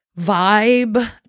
vibe